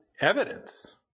evidence